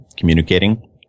Communicating